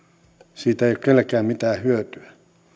siitä ei ole kenellekään mitään hyötyä